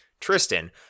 Tristan